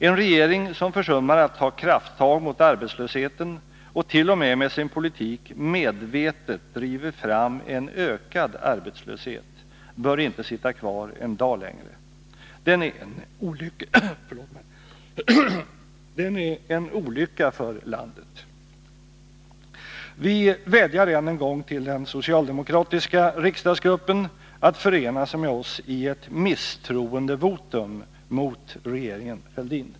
En regering som försummar att ta krafttag mot arbetslösheten och t.o.m. med sin politik medvetet driver fram en ökad arbetslöshet bör inte sitta kvar en dag längre. Den är en olycka! för landet. Vi vädjar än en gång till den socialdemokratiska riksdagsgruppen att förena sig med oss i ett misstroendevotum mot regeringen Fälldin.